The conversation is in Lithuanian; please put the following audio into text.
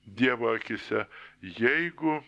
dievo akyse jeigu